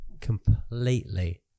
Completely